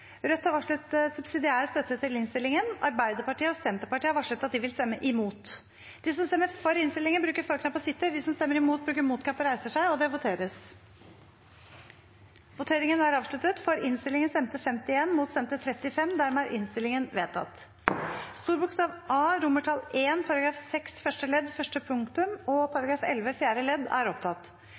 Rødt har varslet subsidiær støtte til innstillingen. Arbeiderpartiet og Senterpartiet har varslet at de vil stemme imot. Det voteres over A I § 6 første ledd første punktum og § 11 fjerde ledd.